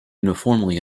uniformly